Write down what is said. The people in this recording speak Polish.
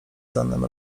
danym